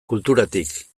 kulturatik